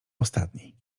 ostatni